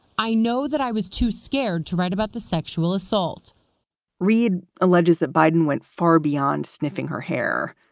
i know that i was too scared to write about the sexual assault reid alleges that biden went far beyond sniffing her hair.